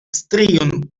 strion